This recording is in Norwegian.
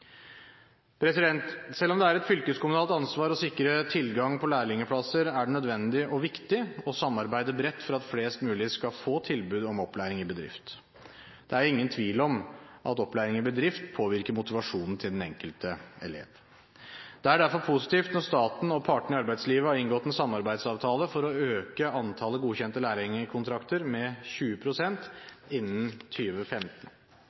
Selv om det er et fylkeskommunalt ansvar å sikre tilgang på lærlingplasser, er det nødvendig og viktig å samarbeide bredt for at flest mulig skal få tilbud om opplæring i bedrift. Det er ingen tvil om at opplæring i bedrift påvirker motivasjonen til den enkelte elev. Det er derfor positivt når staten og partene i arbeidslivet har inngått en samarbeidsavtale for å øke antallet godkjente lærlingkontrakter med